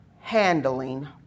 handling